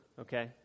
okay